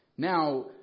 Now